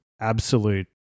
absolute